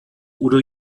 udo